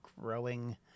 growing